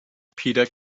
peter